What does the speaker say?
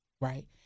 right